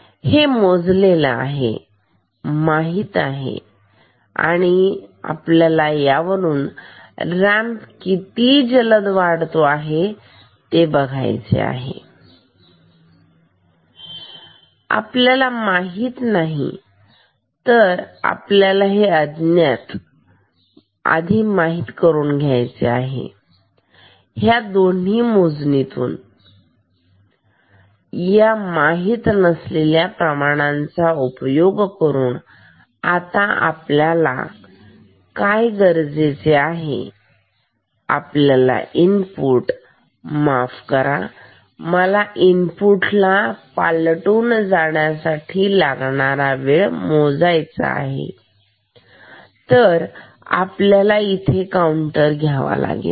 हे मोजलेला आहे माहित आहे रॅम्प किती जलद वाढत आहे ते आपण बघितले हे आपल्याला माहित नाही तर आपल्याला हे अज्ञात माहीत करून घ्यायचे आहे ह्या दोन्ही मोजणी तून आणि या माहित असलेल्या प्रमाणांचा उपयोग करून तर आता आपल्याला काय गरजेचे आहे आपल्याला इनपुटला माफ करा मला इनपुटला पालटून जाण्यासाठी लागणारा वेळ मोजायचा आहे तर आपल्याला इथे काउंटर घ्यावा लागेल